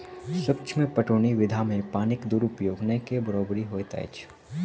सूक्ष्म पटौनी विधि मे पानिक दुरूपयोग नै के बरोबरि होइत अछि